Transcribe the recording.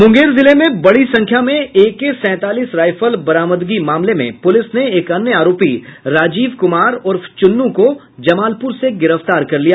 मुंगेर जिले में बड़ी संख्या में एके सैंतलिस रायफल बरामदगी मामले में पुलिस ने एक अन्य आरोपी राजीव कुमार उर्फ चुन्नु को जमालपुर से गिरफ्तार कर लिया